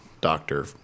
doctor